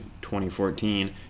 2014